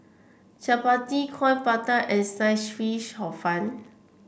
chappati Coin Prata and Sliced Fish Hor Fun